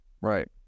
Right